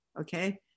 Okay